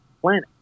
planet